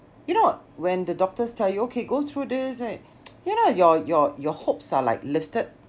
you know when the doctors tell you okay go through this right you know your your your hopes are like lifted